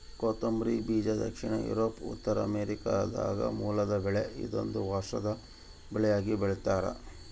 ಕೊತ್ತಂಬರಿ ಬೀಜ ದಕ್ಷಿಣ ಯೂರೋಪ್ ಉತ್ತರಾಮೆರಿಕಾದ ಮೂಲದ ಬೆಳೆ ಇದೊಂದು ವರ್ಷದ ಬೆಳೆಯಾಗಿ ಬೆಳ್ತ್ಯಾರ